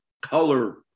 color